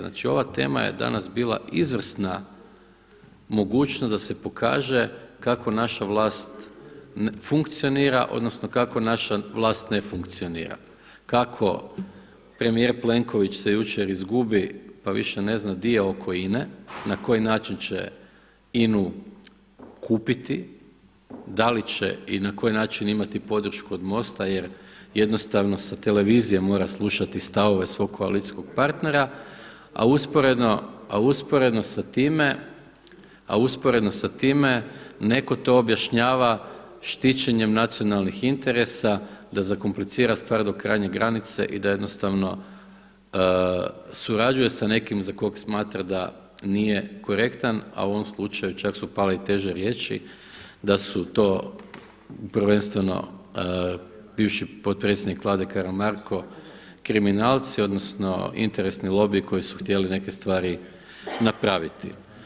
Znači, ova tema je danas bila izvrsna mogućnost da se pokaže kako naša vlast funkcionira odnosno kako naša vlast ne funkcionira, kako premijer Plenković se jučer izgubi pa više negdje gdje je oko INA-e, na koji način će INA-u kupiti, da li će i na koji način imati podršku od Mosta jer jednostavno sa televizije mora slušati stavove svog koalicijskog partnera a usporedno sa time netko to objašnjava štićenjem nacionalnih interesa da zakomplicira stvar do krajnje granice i da jednostavno surađuje sa nekim za koga smatra da nije korektan a u ovom slučaju čak su pale i teže riječi da su to prvenstveno bivši potpredsjednik Vlade Karamarko kriminalci odnosno interesni lobiji koji su htjeli neke stvari napraviti.